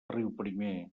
riuprimer